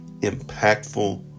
impactful